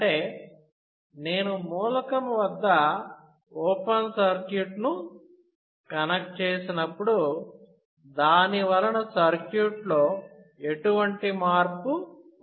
అంటే నేను మూలకం వద్ద ఓపెన్ సర్క్యూట్ను కనెక్ట్ చేసినప్పుడు దాని వలన సర్క్యూట్లో ఎటువంటి మార్పు ఉండదు